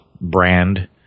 brand